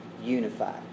unified